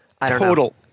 Total